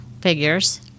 figures